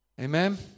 Amen